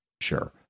Sure